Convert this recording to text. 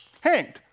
hanged